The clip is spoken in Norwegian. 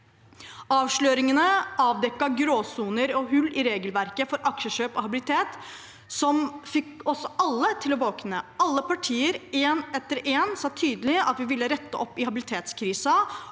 Avsløringene avdekket gråsoner og hull i regelverket for aksjekjøp og habilitet som fikk oss alle til å våkne. Alle partier, ett etter ett, sa tydelig at vi ville rette opp i habilitetskrisen